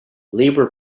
labour